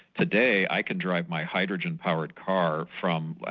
today, i can drive my hydrogen-powered car from,